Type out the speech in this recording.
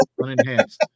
unenhanced